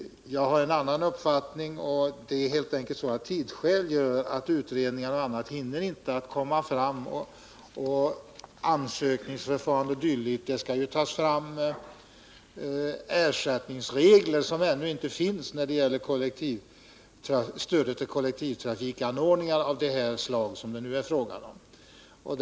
Jag har en annan uppfattning. Det är helt enkelt så att utredningar och annat av tidsskäl inte hinner komma fram. Ansökningsför farandet är inte klart. Det skall tas fram regler för ersättning när det gäller stödet till kollektivtrafikanordningar av det slag som det nu är fråga om.